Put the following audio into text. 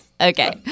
Okay